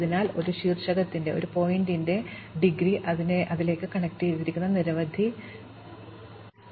അതിനാൽ ഒരു ശീർഷകത്തിന്റെ ബിരുദം അതിലേക്ക് കണക്റ്റുചെയ്തിരിക്കുന്ന നിരവധി ലംബങ്ങളാണ്